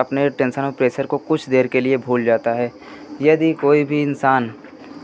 अपने टेंसन और प्रेसर को कुछ देर के लिए भूल जाता है यदि कोई भी इंसान